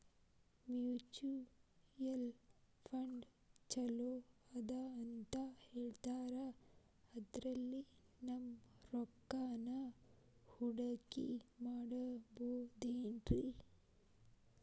Mutual fund ಛಲೋ ಅದಾ ಅಂತಾ ಹೇಳ್ತಾರ ಅದ್ರಲ್ಲಿ ನಮ್ ರೊಕ್ಕನಾ ಹೂಡಕಿ ಮಾಡಬೋದೇನ್ರಿ?